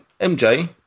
MJ